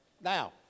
Now